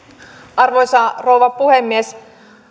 arvoisa rouva puhemies